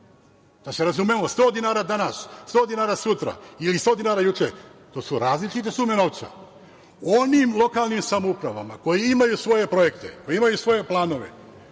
Da se razumemo, sto dinara danas, sto dinara sutra ili sto dinara juče, to su različite sume novca. Onim lokalnim samoupravama koje imaju svoje projekte, koje imaju svoje planove,